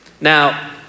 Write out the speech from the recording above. Now